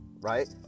right